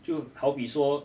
就好比说